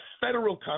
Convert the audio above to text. federal